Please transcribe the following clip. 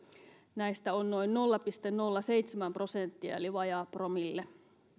näistä on noin nolla pilkku nolla seitsemän prosenttia eli vajaa promille